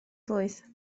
blwydd